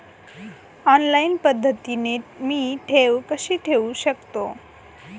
Online पद्धतीने मी ठेव कशी ठेवू शकतो?